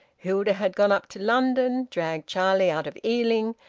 hilda had gone up to london, dragged charlie out of ealing,